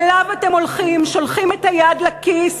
אליו אתם הולכים, שולחים את היד לכיס